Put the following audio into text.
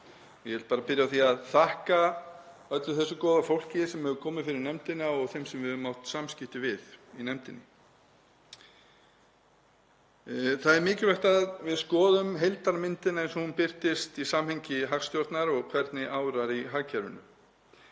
Ég vil bara byrja á því að þakka öllu þessu góða fólki sem hefur komið fyrir nefndina og þeim sem við höfum átt samskipti við í nefndinni. Það er mikilvægt að við skoðum heildarmyndina eins og hún birtist í samhengi hagstjórnar og hvernig árar í hagkerfinu.